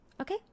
Okay